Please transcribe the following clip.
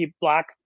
black